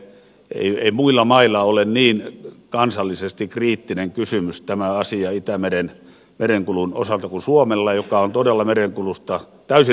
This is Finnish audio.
ei muille maille ole niin kansallisesti kriittinen kysymys tämä asia itämeren merenkulun osalta kuin suomelle joka on todella merenkulusta täysin riippuvainen